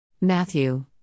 Matthew